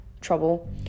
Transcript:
Trouble